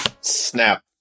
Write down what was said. Snap